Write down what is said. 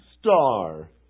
star